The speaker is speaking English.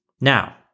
Now